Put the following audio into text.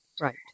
Right